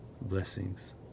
Blessings